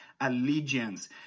allegiance